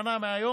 שנה מהיום,